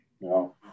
No